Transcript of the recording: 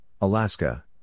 Alaska